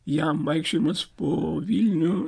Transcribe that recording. jam vaikščiojimas po vilnių